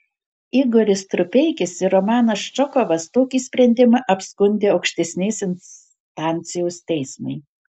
igoris strupeikis ir romanas čokovas tokį sprendimą apskundė aukštesnės instancijos teismui